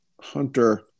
Hunter